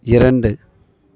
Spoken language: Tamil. இரண்டு